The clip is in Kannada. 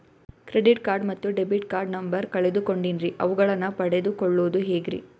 ಕ್ರೆಡಿಟ್ ಕಾರ್ಡ್ ಮತ್ತು ಡೆಬಿಟ್ ಕಾರ್ಡ್ ನಂಬರ್ ಕಳೆದುಕೊಂಡಿನ್ರಿ ಅವುಗಳನ್ನ ಪಡೆದು ಕೊಳ್ಳೋದು ಹೇಗ್ರಿ?